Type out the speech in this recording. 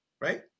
right